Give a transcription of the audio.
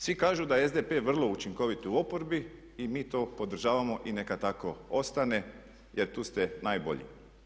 Svi kažu da je SDP vrlo učinkovit u oporbi i mi to podržavamo i neka tako ostane jer tu ste najbolji.